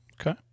Okay